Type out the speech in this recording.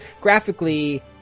graphically